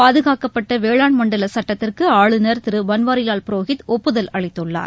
பாதுகாக்கப்பட்ட வேளாண் மண்டல சட்டத்திற்கு ஆளுநர் திரு பன்வாரிவால் புரோஹித் ஒப்புதல் அளித்துள்ளார்